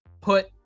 put